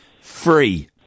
Free